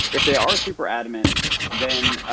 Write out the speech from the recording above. if they are super adamant then